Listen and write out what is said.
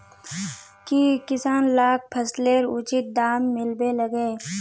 की किसान लाक फसलेर उचित दाम मिलबे लगे?